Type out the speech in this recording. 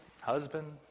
husband